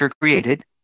created